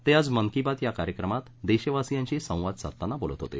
ते आज मन की बात या कार्यक्रमात देशवासियांशी संवाद साधताना बोलत होते